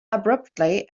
abruptly